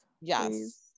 yes